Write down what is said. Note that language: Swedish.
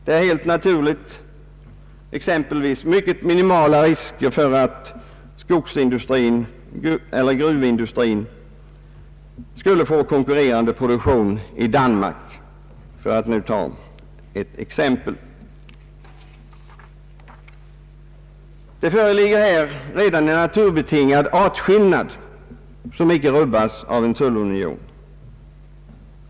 Det är helt naturligt minimala risker för att exempelvis skogsindustrin = eller gruvindustrin skulle få konkurrerande produktion i Danmark. Det föreligger här redan en naturbetingad artskillnad som icke rubbas av en tullunion.